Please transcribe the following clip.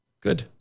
good